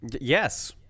Yes